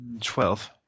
Twelve